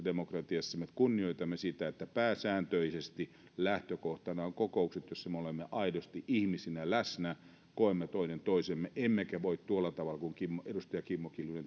edustuksellisessa demokratiassa me kunnioitamme sitä että pääsääntöisesti lähtökohtana ovat kokoukset joissa me olemme aidosti ihmisinä läsnä koemme toinen toisemme emmekä voi tuolla tavalla kuin edustaja kimmo kiljunen